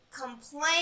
complain